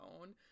own